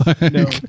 No